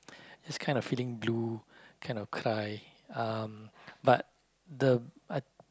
it's kind of feeling blue kind of cry um but the